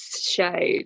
show